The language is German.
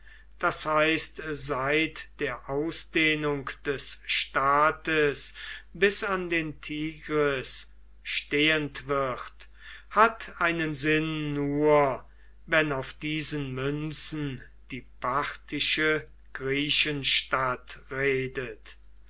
das heißt seit der ausdehnung des staates bis an den tigris stehend wird hat einen sinn nur wenn auf diesen münzen die parthische griechenstadt redet